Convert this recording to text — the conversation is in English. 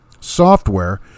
software